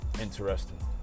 Interesting